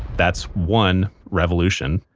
that's one revolution,